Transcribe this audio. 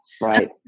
Right